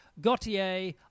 Gautier